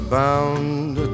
bound